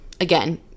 again